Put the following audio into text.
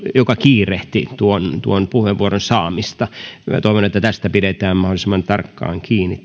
joka kiirehti tuon tuon puheenvuoron saamista pitäisi pysyä siinä aiheessa minä toivon että tästä periaatteesta pidetään mahdollisimman tarkkaan kiinni